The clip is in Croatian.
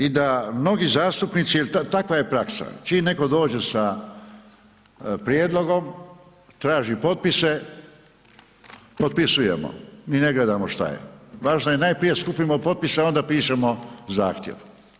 I da mnogi zastupnici jer takva je praksa, čim netko dođe sa prijedlogom, traži potpise, potpisujemo, ni ne gledamo šta je, važno je najprije da s kupimo potpise a onda pišemo zahtjev.